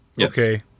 Okay